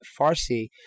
Farsi